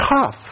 tough